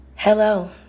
Hello